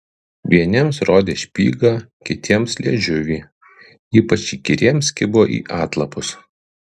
vieniems rodė špygą kitiems liežuvį ypač įkyriems kibo į atlapus